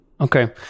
Okay